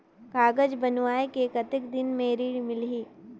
कागज बनवाय के कतेक दिन मे ऋण मिलही?